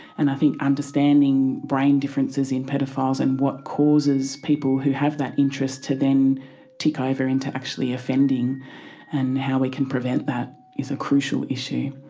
and i think understanding brain differences in paedophiles and what causes people who have that interest to then tick over into actually offending and how we can prevent that is a crucial issue.